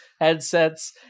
headsets